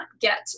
get